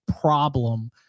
problem